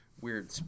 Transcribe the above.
weird